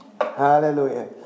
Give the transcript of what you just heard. Hallelujah